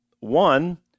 One